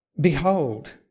behold